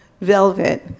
velvet